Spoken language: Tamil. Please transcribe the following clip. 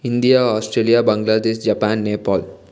India Australia Bangladesh Japan Nepal